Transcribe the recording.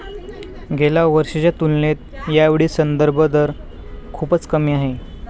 गेल्या वर्षीच्या तुलनेत यावेळी संदर्भ दर खूपच कमी आहे